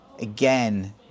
Again